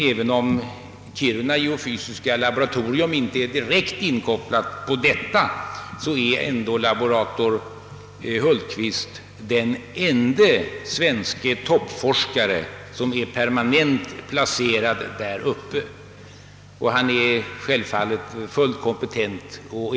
även om Kiruna geofysiska laboratorium inte har direkt inkopplats på den saken, är ändå laborator: Hultqvist den enda svenska toppforskare som är permanent placerad där uppe. Han är självfallet fullt kompetent för en professur.